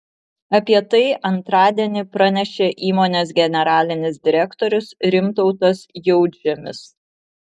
apie tai antradienį pranešė įmonės generalinis direktorius rimtautas jautžemis